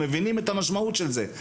והם מבינים את המשמעות של זה,